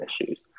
issues